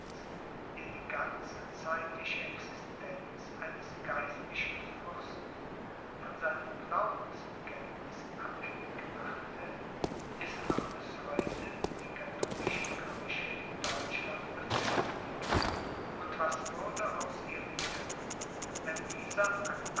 der die ganze zeitliche existenz eines geistlichen fürsten von seinem glaubensbekenntniß abhängig machte ist noch bis heute die katholische kirche in deutschland befestigt und was würde aus ihr werden wenn dieser